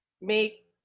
make